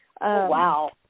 wow